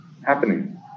happening